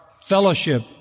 fellowship